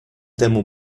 temu